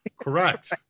correct